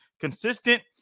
consistent